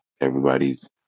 Everybody's